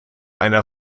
einer